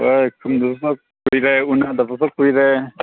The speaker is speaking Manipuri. ꯍꯣꯏ ꯄꯨꯟꯗꯕꯁꯨ ꯀꯨꯏꯔꯦ ꯎꯟꯅꯗꯕꯁꯨ ꯀꯨꯏꯔꯦ